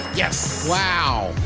yes! wow.